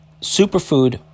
superfood